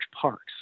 parks